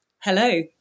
Hello